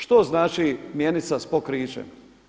Što znači mjenica s pokrićem?